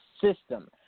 system